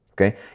okay